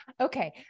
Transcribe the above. Okay